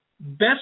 best